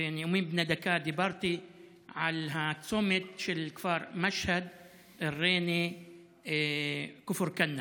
בנאומים בני דקה דיברתי על הצומת של כפר משהד-ריינה-כפר כנא.